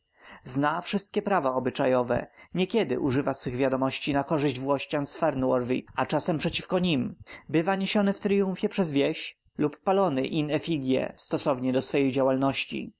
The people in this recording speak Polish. zna wszystkie prawa obyczajowe niekiedy używa swych wiadomości na korzyść włościan z fernworthy a czasem przeciwko nim bywa niesiony w tryumfie przez wieś lub palony in effigie stosownie do swej działalności